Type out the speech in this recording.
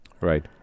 Right